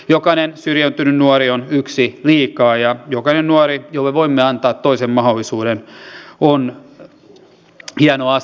jokainen syrjäytynyt nuori on yksi liikaa ja jokainen nuori jolle voimme tarjota toisen mahdollisuuden on hieno asia